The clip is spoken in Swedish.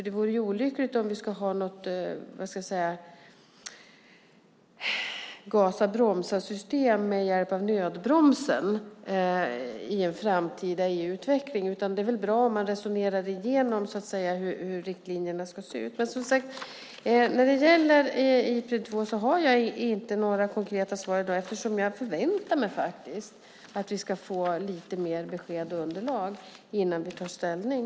Det vore olyckligt om vi fick ett gasa-bromsa-system med hjälp av nödbromsen i en framtida EU-utveckling. Det är väl bra om man resonerar igenom hur riktlinjerna ska se ut. När det gäller Ipred 2 har jag inte några konkreta svar i dag eftersom jag faktiskt förväntar mig att vi ska få lite mer besked och underlag innan vi tar ställning.